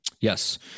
Yes